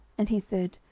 and he said,